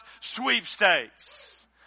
sweepstakes